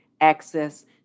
access